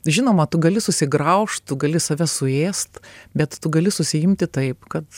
žinoma tu gali susigraužt gali save suėst bet tu gali susiimti taip kad